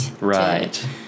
Right